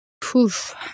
Poof